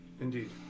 Indeed